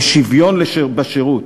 על השוויון בשירות.